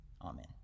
amen